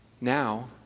Now